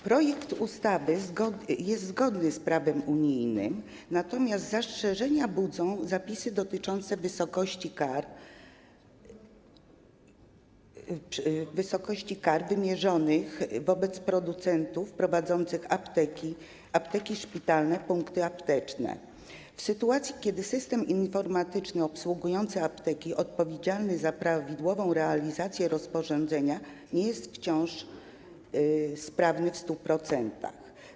Projekt ustawy jest zgodny z prawem unijnym, natomiast zastrzeżenia budzą zapisy dotyczące wysokości kar wymierzanych producentom prowadzącym apteki, apteki szpitalne, punkty apteczne w sytuacji, kiedy system informatyczny obsługujący apteki odpowiedzialny za prawidłową realizację rozporządzenia nie jest wciąż sprawny w 100%.